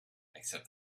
except